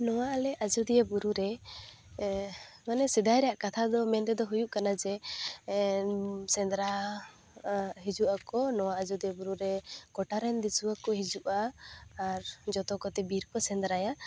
ᱱᱚᱣᱟ ᱟᱞᱮ ᱟᱡᱚᱫᱤᱭᱟᱹ ᱵᱩᱨᱩᱨᱮ ᱢᱟᱱᱮ ᱥᱮᱟᱭ ᱨᱮᱭᱟᱜ ᱠᱟᱛᱷᱟ ᱫᱚ ᱢᱮᱱ ᱛᱮᱫᱚ ᱦᱩᱭᱩᱜ ᱠᱟᱱᱟ ᱡᱮ ᱥᱮᱸᱫᱽᱨᱟ ᱦᱤᱡᱩᱜ ᱟᱠᱚ ᱱᱚᱣᱟ ᱟᱡᱚᱫᱤᱭᱟᱹ ᱵᱩᱨᱩᱨᱮ ᱜᱚᱴᱟᱨᱮᱱ ᱫᱤᱥᱩᱣᱟᱹ ᱠᱚ ᱦᱤᱡᱩᱜᱼᱟ ᱟᱨ ᱡᱚᱛᱚᱠᱚᱛᱮ ᱵᱤᱨ ᱠᱚ ᱥᱮᱸᱫᱽᱨᱟᱭᱟ